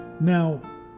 Now